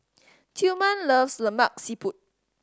Tillman loves Lemak Siput